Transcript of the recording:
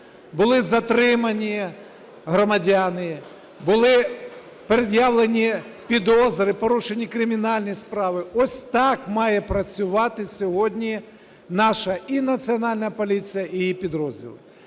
Були затримані громадяни, були пред'явлені підозри, порушені кримінальні справи. Ось так має працювати сьогодні наша і Національна поліція, і її підрозділи.